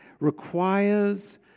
requires